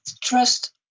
trust